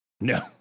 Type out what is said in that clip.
No